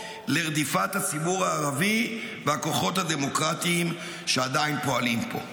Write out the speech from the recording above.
לרדיפת הציבור הערבי והכוחות הדמוקרטיים שעדיין פועלים פה.